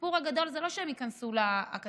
הסיפור הגדול זה לא שהם ייכנסו לאקדמיה,